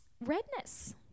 redness